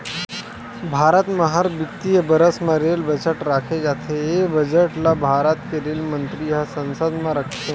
भारत म हर बित्तीय बरस म रेल बजट राखे जाथे ए बजट ल भारत के रेल मंतरी ह संसद म रखथे